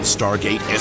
Stargate